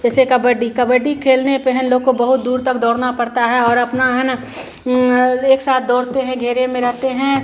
जैसे कबड्डी कबड्डी खेलने पर हम लोग को बहुत दूर तक दौड़ना पड़ता है और अपना है ना ह एक साथ दौड़ते हैं घेरे में रहते हैं